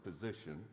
position